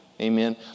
Amen